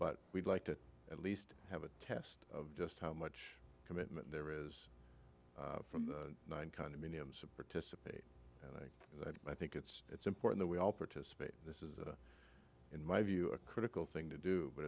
but we'd like to at least have a test of just how much commitment there is from the nine condominiums a participant that i think it's it's important that we all participate this is in my view a critical thing to do but